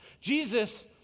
Jesus